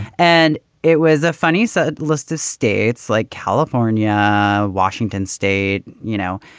and it was a funny set list of states like california, washington state, you know,